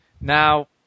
Now